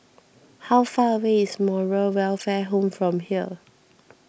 how far away is Moral Welfare Home from here